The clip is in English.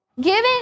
Giving